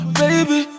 baby